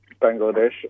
Bangladesh